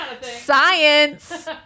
Science